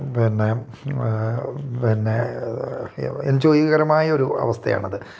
പിന്നെ പിന്നെ എൻജോയ്കരമായ ഒരു അവസ്ഥ ആണത്